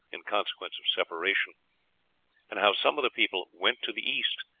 in consequence of separation and how some of the people went to the east,